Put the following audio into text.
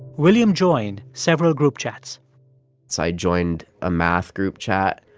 william joined several group chats so i joined a math group chat.